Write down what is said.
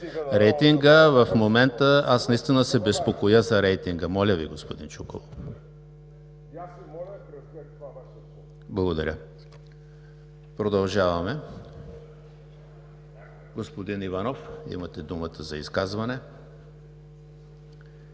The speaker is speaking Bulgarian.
В момента аз наистина се безпокоя за рейтинга. Моля Ви, господин Чуколов. Благодаря. Продължаваме. Господин Иванов, имате думата за изказване.